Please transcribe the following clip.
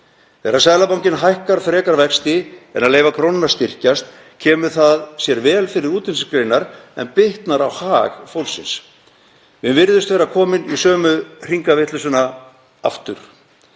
Þegar Seðlabankinn hækkar frekar vexti en að leyfa krónunni að styrkjast kemur það sér vel fyrir útflutningsgreinar en bitnar á hag fólksins. Við virðumst vera komin í sömu hringavitleysuna aftur